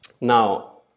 Now